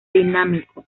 dinámico